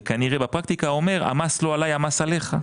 וכנראה בפרקטיקה אומר שהמס לא עלי אלא המס הוא עליך,